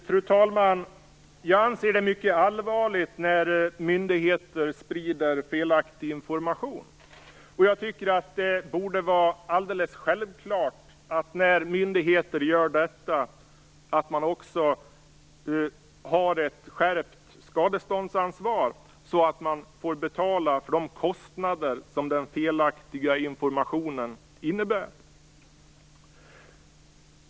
Fru talman! Jag anser att det är mycket allvarligt när myndigheter sprider felaktig information. Jag tycker att ett skärpt skadeståndsansvar borde vara alldeles självklart när myndigheter gör så här, så att de får betala för de kostnader som den felaktiga informationen innebär.